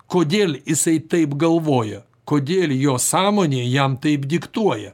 kodėl jisai taip galvoja kodėl jo sąmonė jam taip diktuoja